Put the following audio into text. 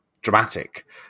dramatic